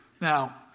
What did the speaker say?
Now